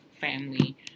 family